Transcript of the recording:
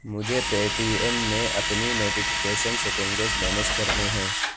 مجھے Paytm میں اپنی نوٹیفیکیشن سیٹنگیز مینیج کرنے ہیں